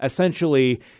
Essentially